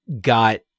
got